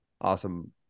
awesome